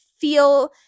feel